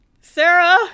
Sarah